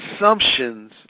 assumptions